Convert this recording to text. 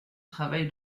travail